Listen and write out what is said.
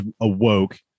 awoke